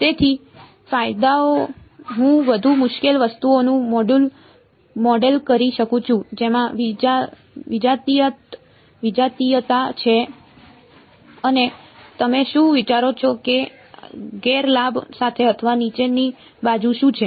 તેથી ફાયદાઓ હું વધુ મુશ્કેલ વસ્તુઓનું મોડેલ કરી શકું છું જેમાં વિજાતીયતા છે અને તમે શું વિચારો છો કે ગેરલાભ સાથે અથવા નીચેની બાજુ શું છે